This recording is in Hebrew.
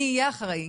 מי יהיה אחראי.